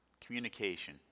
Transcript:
communication